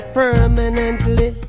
permanently